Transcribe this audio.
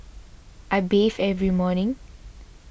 I bathe every morning